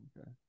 Okay